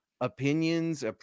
opinions